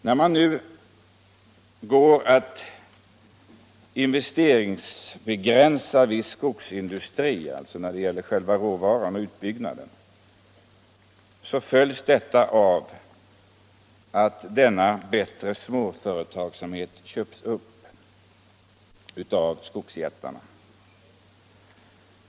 En konsekvens av de investeringsbegränsningar för viss skogsindustri vad gäller råvaror och utbyggnader som nu införs är att de bästa småföretagen på området köps upp av skogsjättarna.